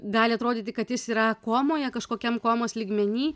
gali atrodyti kad jis yra komoje kažkokiam komos lygmeny